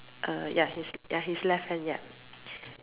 uh ya his ya his left hand ya